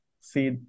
see